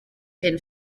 and